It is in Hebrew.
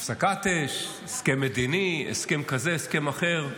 הפסקת אש, הסכם מדיני, הסכם כזה, הסכם אחר,